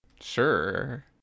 Sure